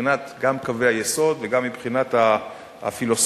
מבחינת קווי היסוד וגם מבחינת הפילוסופיה,